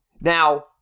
Now